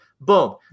Boom